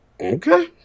Okay